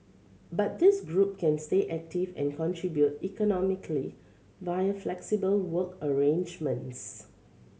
but this group can stay active and contribute economically via flexible work arrangements